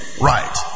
right